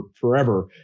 forever